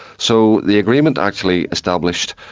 so the agreement actually established,